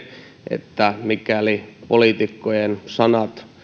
että mikäli poliitikkojen sanat